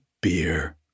beer